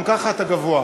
גם ככה אתה גבוה.